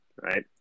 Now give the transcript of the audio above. right